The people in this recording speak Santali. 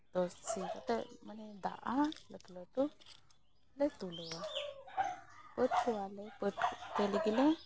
ᱱᱤᱛᱳᱜ ᱫᱚ ᱥᱤ ᱠᱟᱛᱮ ᱢᱟᱱᱮ ᱫᱟᱜᱼᱟ ᱢᱟᱱᱮ ᱞᱟᱹᱴᱩᱼᱞᱟᱹᱴᱩ ᱞᱮ ᱛᱩᱞᱟᱹᱣᱟ ᱯᱟᱹᱴ ᱠᱚᱣᱟᱞᱮ ᱯᱟᱹᱴ ᱠᱟᱛᱮ ᱜᱮᱞᱮ